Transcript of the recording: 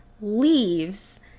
leaves